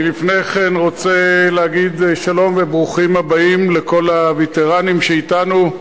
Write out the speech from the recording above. לפני כן אני רוצה להגיד שלום וברוכים הבאים לכל הווטרנים שאתנו,